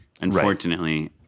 unfortunately